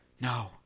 No